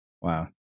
Wow